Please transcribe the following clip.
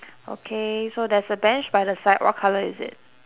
okay so there's a bench by the side what colour is it